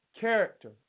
character